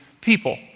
people